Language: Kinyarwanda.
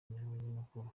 abanyamakuru